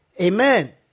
Amen